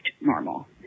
normal